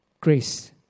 grace